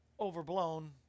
overblown